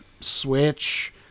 Switch